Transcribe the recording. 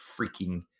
freaking